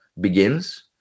begins